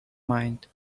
mind